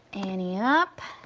ante up.